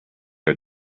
are